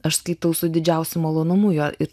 aš skaitau su didžiausiu malonumu jo ir